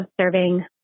serving